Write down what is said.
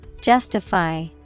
Justify